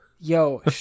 Yo